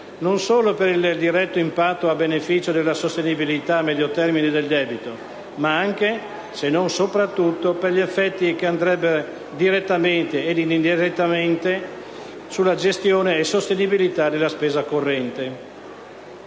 non solo per il diretto impatto a beneficio della sostenibilità a medio termine del debito, ma anche, se non sopratutto, per gli effetti che avrebbe direttamente ed indirettamente sulla gestione e sostenibilità della spesa corrente.